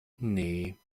nee